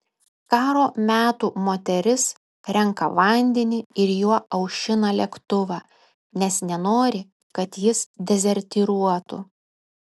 karo metų moteris renka vandenį ir juo aušina lėktuvą nes nenori kad jis dezertyruotų